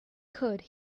could